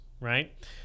Right